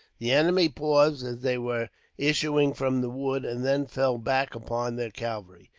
the enemy paused as they were issuing from the wood, and then fell back upon their cavalry.